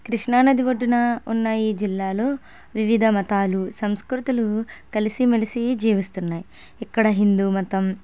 కృష్ణా నది ఒడ్డున ఉన్న ఈ జిల్లాలో వివిధ మతాలు సంస్కృతులూ కలిసి మెలిసీ జీవిస్తున్నాయి ఇక్కడ హిందూ మతం